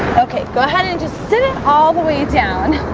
okay, go ahead and just sit it all the way down